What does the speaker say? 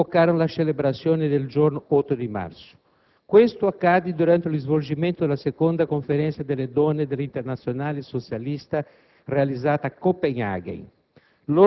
convocarono la celebrazione del giorno 8 marzo. Questo accadde durante lo svolgimento della seconda Conferenza delle donne dell'Internazionale socialista tenutasi a Copenhagen.